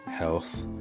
health